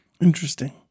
Interesting